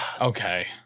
Okay